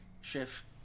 shift